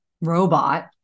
robot